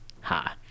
Ha